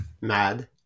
Mad